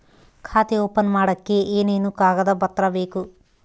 ಖಾತೆ ಓಪನ್ ಮಾಡಕ್ಕೆ ಏನೇನು ಕಾಗದ ಪತ್ರ ಬೇಕು?